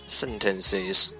sentences